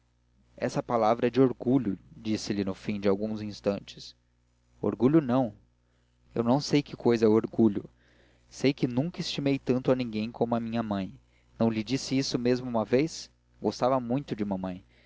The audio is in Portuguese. essa palavra é de orgulho disse-lhe no fim de alguns instantes orgulho não eu não sei que cousa é orgulho sei que nunca estimei tanto a ninguém como a minha mãe não lhe disse isso mesmo uma vez gostava muito de mamãe